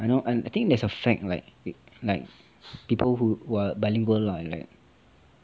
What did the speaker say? I know I think there's a fact like like people who are bilingual are like